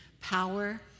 power